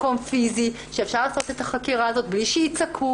מקום פיזי שאפשר לעשות את החקירה הזאת בלי שיצעקו.